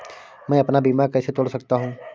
मैं अपना बीमा कैसे तोड़ सकता हूँ?